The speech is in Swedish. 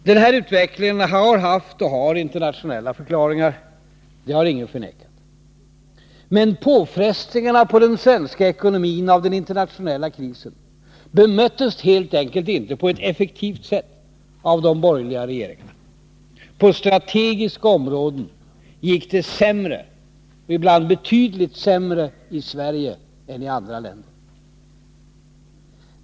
Den här utvecklingen har haft och har internationella förklaringar. Det har ingen förnekat. Men påfrestningarna på den svenska ekonomin av den internationella krisen bemöttes helt enkelt inte på ett effektivt sätt av de borgerliga regeringarna. På strategiska områden gick det sämre — ibland betydligt sämre — i Sverige än i andra länder.